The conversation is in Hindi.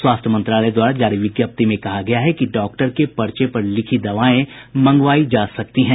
स्वास्थ्य मंत्रालय द्वारा जारी विज्ञप्ति में कहा गया है कि डॉक्टर के पर्चे पर लिखी दवाएं मंगवायी जा सकती हैं